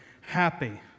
happy